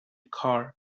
car